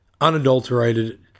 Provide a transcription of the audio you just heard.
unadulterated